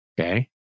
Okay